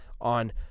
on